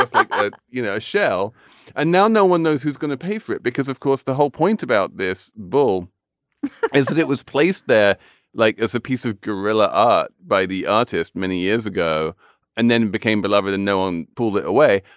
just you know a you know shell and now no one knows who's gonna pay for it because of course the whole point about this bull is that it was placed there like as a piece of guerrilla art by the artist many years ago and then it became beloved and no one pulled it away.